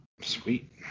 Sweet